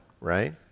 Right